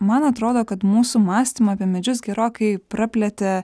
man atrodo kad mūsų mąstymą apie medžius gerokai praplėtė